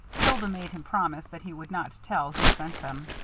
hilda made him promise that he would not tell who sent them.